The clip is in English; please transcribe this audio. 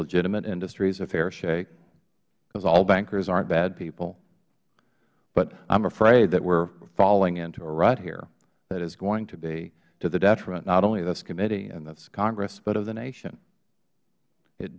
legitimate industries a fair shake because all bankers aren't bad people but i am afraid that we are falling into a rut here that is going to be the detriment not only of this committee and this congress but of the nation it